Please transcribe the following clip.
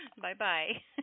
Bye-bye